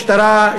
משטרה,